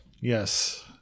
Yes